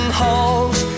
halls